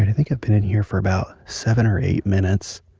and think i've been in here for about seven or eight minutes.